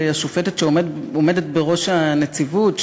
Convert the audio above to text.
השופטת שעומדת בראש הנציבות,